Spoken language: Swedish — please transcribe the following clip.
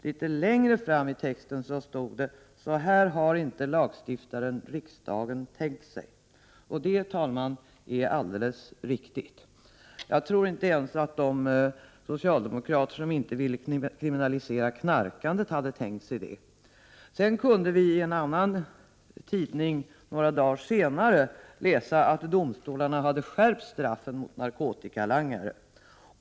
Litet längre fram i texten står: ”Så här har inte lagstiftaren, riksdagen, tänkt sig.” Det är, herr talman, alldeles riktigt. Jag tror inte ens att de socialdemokrater som inte ville kriminalisera knarkandet hade tänkt sig det. Sedan kunde vi i en annan tidning några dagar senare läsa att domstolarna hade skärpt straffen mot narkotikalangare.